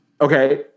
Okay